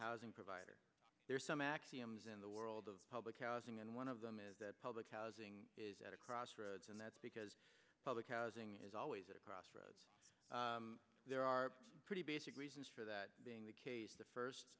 housing provider there are some axioms in the world of public housing and one of them is that public housing is at a crossroads and that's because public housing is always at a crossroads there are pretty basic reasons for that being the case the first